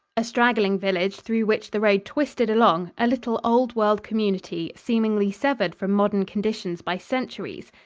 a straggling village through which the road twisted along a little old-world community, seemingly severed from modern conditions by centuries.